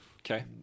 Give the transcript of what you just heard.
Okay